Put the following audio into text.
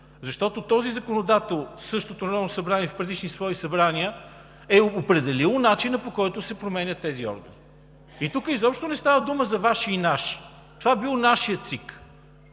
защото този законодател в същото Народно събрание и в предишни свои събрания е определил начина, по който се променят тези органи. И тук изобщо не става дума за Ваши и наши! Това бил нашият ЦИК.